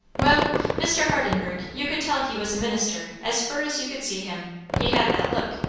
well mr. hardenburgh, you could tell he was a minister as fur as you could see him he had that look.